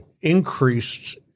increased